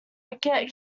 wicket